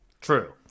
True